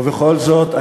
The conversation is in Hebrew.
ובכל זאת,